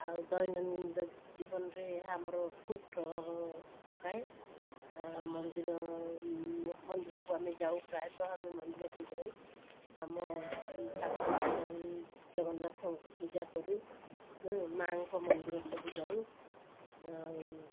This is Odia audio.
ଆଉ ଦୈନନ୍ଦିନ ଜୀବନରେ ଏହା ଆମର ଖୁବ୍ ପ୍ରଭାବ ପକାଏ ଅଁ ମନ୍ଦିର ମନ୍ଦିରକୁ ଆମେ ଯାଉ ପ୍ରାୟତଃ ଆମେ ମନ୍ଦିରକୁ ଯାଉ ଆମ ଠାକୁର ଆମର ଜଗନ୍ନାଥଙ୍କୁ ପୂଜାକରୁ ମାଁଙ୍କ ମନ୍ଦିର ସବୁ ଯାଉ ଆଉ